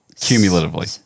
Cumulatively